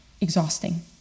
exhausting